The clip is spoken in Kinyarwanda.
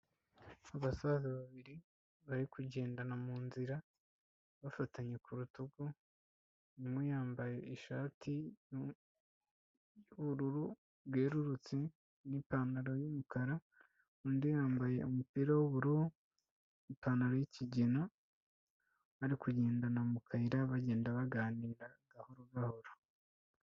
Abasaza babiri bari kugendana mu nzi bafatanye ku rutugu, umwe yambaye ishati y'ubururu bwerurutse n'ipantaro y'umukara, undi yambaye umupira w'ubururu, ipantaro y'ikigina, bari kugendana mu kayira bagenda baganira gahoro gahoro.